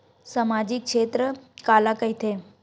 सामजिक क्षेत्र काला कइथे?